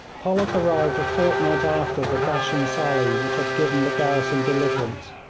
pollock arrived a fortnight after the dashing sally which had given the garrison deliverance,